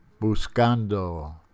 Buscando